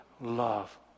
love